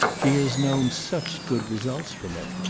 she has known such good results from it.